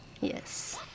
yes